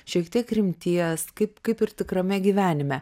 šiek tiek rimties kai kaip ir tikrame gyvenime